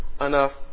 enough